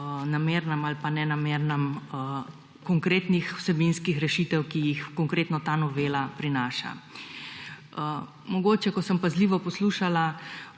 namernem ali pa nenamernem nepoznavanju konkretnih vsebinskih rešitev, ki jih konkretno ta novela prinaša. Ko sem pazljivo poslušala